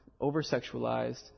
over-sexualized